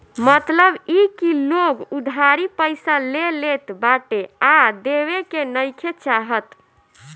मतलब इ की लोग उधारी पईसा ले लेत बाटे आ देवे के नइखे चाहत